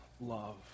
love